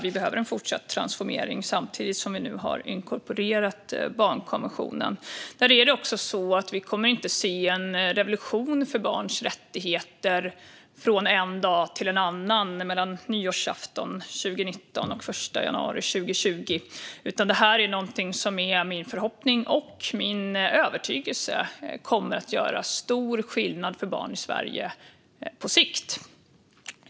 Vi behöver en fortsatt transformering samtidigt som vi nu har inkorporerat barnkonventionen. Vi såg inte en revolution för barns rättigheter från en dag till en annan, mellan nyårsafton 2019 och den 1 januari 2020. Men min förhoppning och övertygelse är att detta kommer att göra stor skillnad för barn i Sverige på sikt.